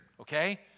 okay